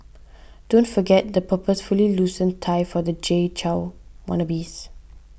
don't forget the purposefully loosened tie for the Jay Chou wannabes